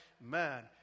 man